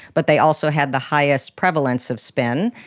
but they also had the highest prevalence of spin.